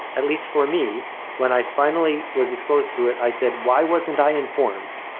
at least for me when i finally was exposed to it, i said why wasn't i informed?